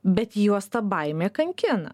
bet juos ta baimė kankina